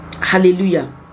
hallelujah